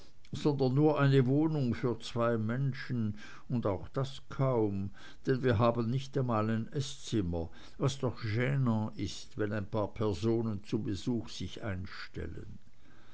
sondern nur eine wohnung für zwei menschen und auch das kaum denn wir haben nicht einmal ein eßzimmer was doch genant ist wenn ein paar personen zu besuch sich einstellen